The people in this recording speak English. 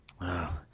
Wow